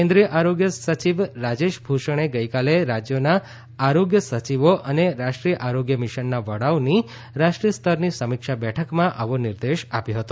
કેન્દ્રિય આરોગ્ય સચિવ રાજેશ ભૂષણે ગઈકાલે રાજ્યોના આરોગ્ય સચિવો અને રાષ્ટ્રીય આરોગ્ય મીશનના વડાઓની રાષ્ટ્રીય સ્તરની સમીક્ષા બેઠકમાં આવો નિર્દેશ આપ્યો હતો